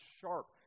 sharp